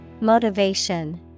Motivation